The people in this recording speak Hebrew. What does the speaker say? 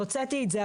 הוצאתי את זה,